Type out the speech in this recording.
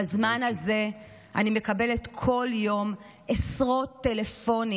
בזמן הזה אני מקבלת בכל יום עשרות טלפונים